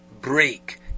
break